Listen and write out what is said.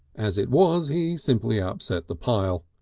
as it was he simply upset the pile.